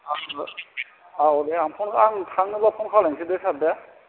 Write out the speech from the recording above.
आं ओ औ दे आं फन आं थाङोबा फन खालायसै दे सार दे